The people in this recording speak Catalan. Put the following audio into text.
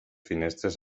finestres